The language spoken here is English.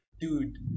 dude